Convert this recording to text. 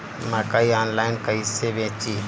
मकई आनलाइन कइसे बेची?